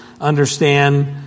understand